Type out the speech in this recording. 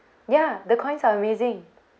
ya the coins are amazing